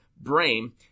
brain